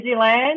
Disneyland